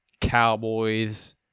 Cowboys